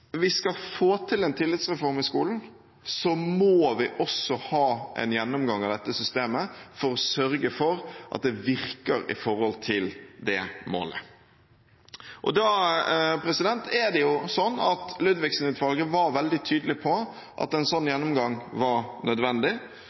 vi skal få til en tillitsreform i skolen, må vi også ha en gjennomgang av dette systemet for å sørge for at det virker i forhold til det målet. Ludvigsen-utvalget var veldig tydelig på at en sånn gjennomgang var nødvendig.